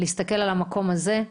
להסתכל על המקום הזה,